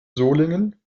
solingen